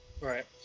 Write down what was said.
right